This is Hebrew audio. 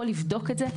יכול לבדוק אותו,